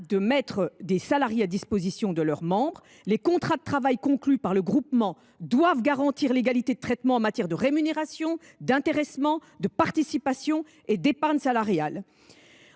de mettre des salariés à disposition de leurs membres. Les contrats de travail conclus par le groupement doivent garantir l’égalité de traitement en matière de rémunération, d’intéressement, de participation et d’épargne salariale